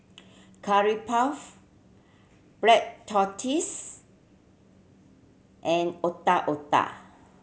Curry Puff black tortoise and Otak Otak